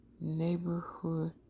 Neighborhood